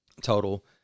total